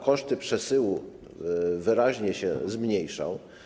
Koszty przesyłu wyraźnie się zmniejszą.